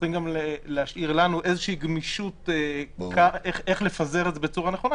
להשאיר לנו איזושהי גמישות איך לפזר את זה בצורה נכונה.